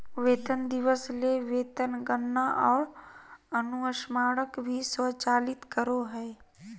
वेतन दिवस ले वेतन गणना आर अनुस्मारक भी स्वचालित करो हइ